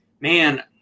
man